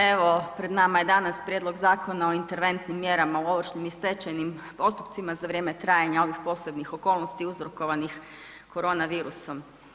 Evo pred nama je danas Prijedlog zakona o interventnim mjerama u ovršnim i stečajnim postupcima za vrijeme trajanja ovih posebnih okolnosti uzrokovanih korona virusom.